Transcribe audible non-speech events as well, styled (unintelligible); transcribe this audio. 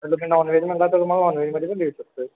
(unintelligible) तुम्ही non veg म्हणाला तर तुम्हाला नॉन व्हेजमध्ये पण देऊ शकतो आहे